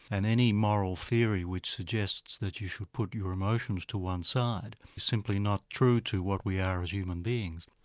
and any moral theory which suggests that you should put your emotions to one side is simply not true to what we are as human beings.